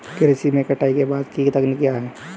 कृषि में कटाई के बाद की तकनीक क्या है?